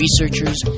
researchers